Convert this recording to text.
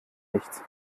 nichts